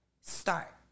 start